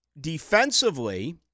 defensively